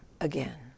again